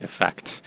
effect